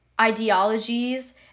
ideologies